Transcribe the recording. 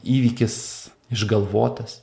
įvykis išgalvotas